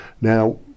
Now